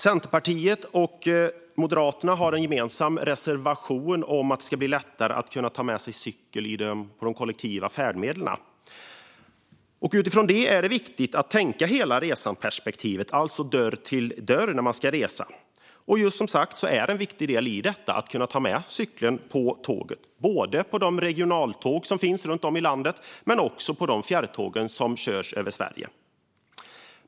Centerpartiet och Moderaterna har en gemensam reservation om att det ska bli lättare att ta med sig cykeln på de kollektiva färdmedlen. När man ska resa är det viktigt att tänka på hela resan, från dörr till dörr. En viktig del i detta är som sagt att kunna ta med cykeln på tåget. Det gäller både på de regionaltåg som finns runt om i landet och på fjärrtågen som körs över Sverige.